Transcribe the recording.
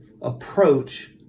approach